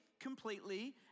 completely